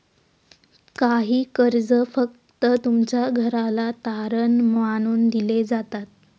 काही कर्ज फक्त तुमच्या घराला तारण मानून दिले जातात